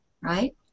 right